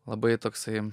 labai toksai